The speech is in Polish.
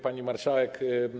Pani Marszałek!